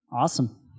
Awesome